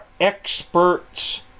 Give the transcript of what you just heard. experts